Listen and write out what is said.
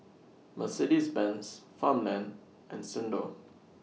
Mercedes Benz Farmland and Xndo